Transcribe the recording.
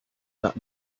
that